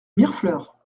mirefleurs